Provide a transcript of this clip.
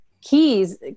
keys